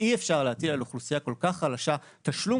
שאי אפשר להטיל על אוכלוסייה כל כך חלשה תשלום